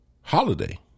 holiday